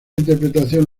interpretación